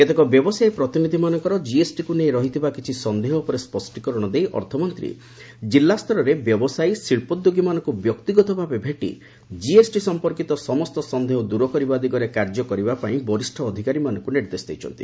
କେତେକ ବ୍ୟବସାୟୀ ପ୍ରତିନିଧିମାନଙ୍କର ଜିଏସ୍ଟିକୁ ନେଇ ରହିଥିବା କିଛି ସନ୍ଦେହ ଉପରେ ସ୍ୱଷ୍ଟୀକରଣ ଦେଇ ଅର୍ଥମନ୍ତ୍ରୀ ଜିଲ୍ଲାସ୍ତରରେ ବ୍ୟବସାୟୀ ଶିକ୍ଷଦ୍ୟୋଗୀମାନଙ୍କୁ ବ୍ୟକ୍ତିଗତଭାବେ ଭେଟି କିଏସଟି ସମ୍ପର୍କୀତ ସମସ୍ତ ସନ୍ଦେହ ଦୂର କରିବା ଦିଗରେ କାର୍ଯ୍ୟ କରିବା ପାଇଁ ବରିଷ୍ଣ ଅଧିକାରୀମାନଙ୍କୁ ନିର୍ଦ୍ଦେଶ ଦେଇଛନ୍ତି